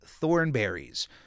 Thornberries